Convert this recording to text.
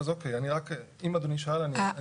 אוקיי, אז אני רק, אם אדוני שאל, אני אשיב.